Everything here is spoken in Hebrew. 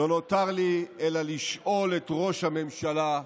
לא נותר לי אלא לשאול את ראש הממשלה: